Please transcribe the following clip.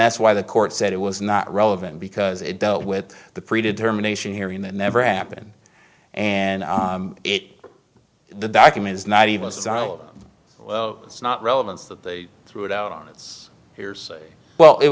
that's why the court said it was not relevant because it dealt with the pre determination hearing that never happened and it the documents not even desirable it's not relevance that they threw it out on it's hearsay well it